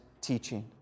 teaching